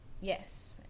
Yes